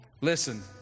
Listen